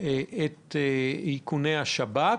את איכוני השב"כ?